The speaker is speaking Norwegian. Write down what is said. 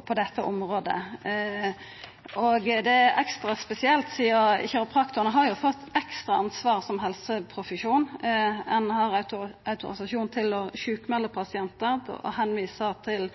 på dette området. Det er ekstra spesielt sidan kiropraktorane har fått ekstra ansvar som helseprofesjon. Ein har autorisasjon til å sjukmelda pasientar, til å visa til